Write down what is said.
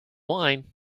wine